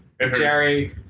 Jerry